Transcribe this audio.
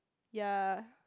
ya